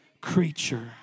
creature